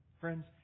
friends